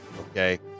okay